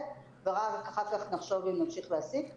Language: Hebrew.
ורק אחר כך נחשוב אם נמשיך להעסיק אתכם.